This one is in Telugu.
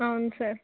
అవును సార్